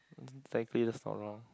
technically that's not wrong